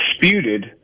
disputed